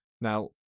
Now